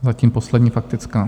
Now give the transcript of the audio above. Zatím poslední faktická.